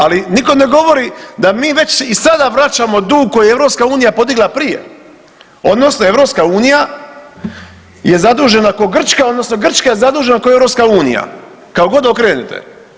Ali nitko ne govori da mi već i sada vraćamo dug koji je EU podigla prije, odnosno EU je zadužena ko Grčka, odnosno Grčka je zadužena ko EU kako god okrenete.